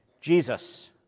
Jesus